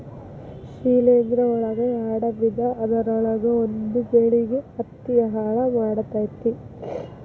ಶಿಲೇಂಧ್ರ ಒಳಗ ಯಾಡ ವಿಧಾ ಅದರೊಳಗ ಒಂದ ಬೆಳಿಗೆ ಹತ್ತಿ ಹಾಳ ಮಾಡತತಿ